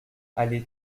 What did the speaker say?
allez